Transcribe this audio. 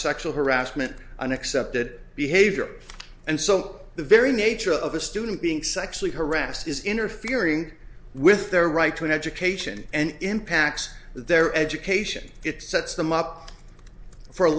sexual harassment an accepted behavior and so the very nature of a student being sexually harassed is interfering with their right to an education and impacts their education it sets them up for a